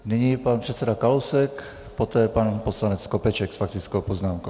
Nyní pan předseda Kalousek, poté pan poslanec Skopeček s faktickou poznámkou.